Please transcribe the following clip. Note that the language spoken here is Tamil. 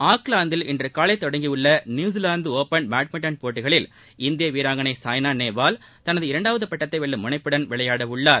ஆக்லாந்தில் இன்றுகாலை தொடங்கி உள்ள நியூசிலாந்து ஒபன் பேட்மிண்டன் போட்டிகளில் இந்திய வீராங்கனை சாய்னா நேவால் தனது இரண்டாவது பட்டத்தை வெல்லும் முனைப்புடன் விளையாட உள்ளார்